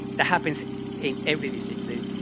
that happens in every disease.